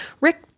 Rick